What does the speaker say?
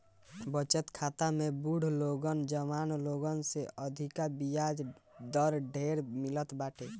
बचत खाता में बुढ़ लोगन जवान लोगन से अधिका बियाज दर ढेर मिलत बाटे